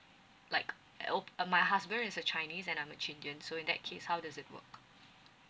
like o~ my husband is a chinese and I'm a chindian so in that case how does it work